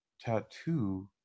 tattoo